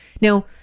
Now